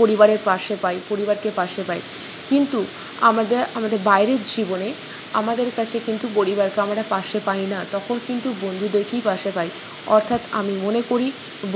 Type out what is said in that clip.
পরিবারের পাশে পাই পরিবারকে পাশে পাই কিন্তু আমাদের আমাদের বাইরের জীবনে আমাদের কাছে কিন্তু পরিবারকে আমরা পাশে পাই না তখন কিন্তু বন্ধুদেরকেই পাশে পাই অর্থাৎ আমি মনে করি